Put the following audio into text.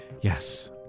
yes